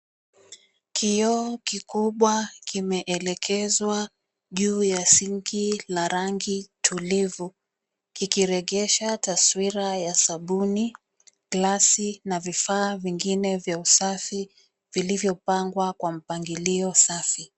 Kioo kikubwa kimeelekezwa juu ya sink la rangi tulivu, kikilengesha twaswira ya sabuni, glasi na vifaa vingine vya usafi vilivyopangwa kwa mpangilio safi.